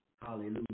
Hallelujah